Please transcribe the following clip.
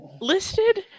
listed